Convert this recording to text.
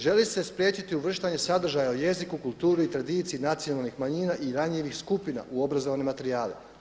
Želi se spriječiti uvrštanje sadržaja o jeziku, kulturi i tradiciji nacionalnih manjina i ranjivih skupina u obrazovne materijale.